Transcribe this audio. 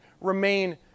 remain